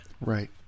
Right